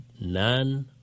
none